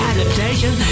Adaptation